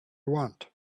want